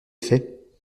fait